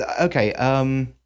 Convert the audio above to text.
Okay